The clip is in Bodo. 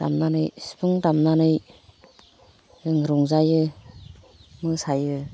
दामनानै सिफुं दामनानै जों रंजायो मोसायो